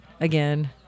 again